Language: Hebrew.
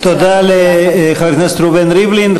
תודה לחבר הכנסת ראובן ריבלין.